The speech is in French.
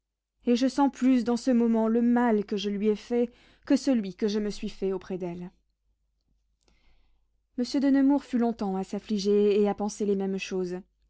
et je sens plus dans ce moment le mal que je lui ai fait que celui que je me suis fait auprès d'elle monsieur de nemours fut longtemps à s'affliger et à penser les mêmes choses